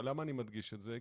למה אני מדגיש את זה?